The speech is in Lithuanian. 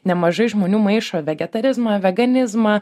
nemažai žmonių maišo vegetarizmą veganizmą